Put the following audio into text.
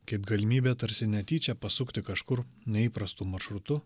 kaip galimybė tarsi netyčia pasukti kažkur neįprastu maršrutu